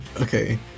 Okay